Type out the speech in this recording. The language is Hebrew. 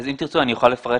האם יש עוד בקשות